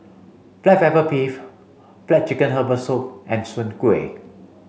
black pepper beef black chicken herbal soup and soon Kuih